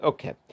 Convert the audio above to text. Okay